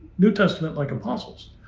new testament like apostles,